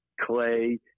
clay